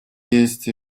есть